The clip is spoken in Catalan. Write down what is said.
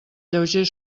lleuger